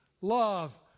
love